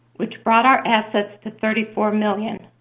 which brought our assets to thirty four million